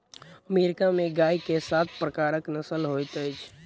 America में गाय के सात प्रकारक नस्ल होइत अछि